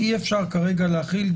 אי אפשר כרגע להחיל.